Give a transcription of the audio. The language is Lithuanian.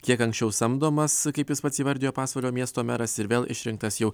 kiek anksčiau samdomas kaip jis pats įvardijo pasvalio miesto meras ir vėl išrinktas jau